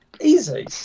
Easy